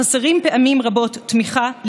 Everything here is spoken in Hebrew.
החסרים פעמים רבות תמיכה,